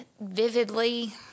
vividly